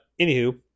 anywho